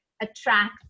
attract